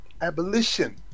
abolition